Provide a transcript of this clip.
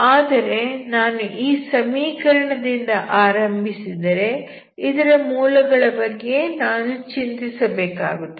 ಆದರೆ ನಾನು ಈ ಸಮೀಕರಣದಿಂದ ಆರಂಭಿಸಿದರೆ ಇದರ ಮೂಲಗಳ ಬಗ್ಗೆ ನಾನು ಚಿಂತಿಸಬೇಕಾಗುತ್ತದೆ